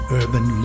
urban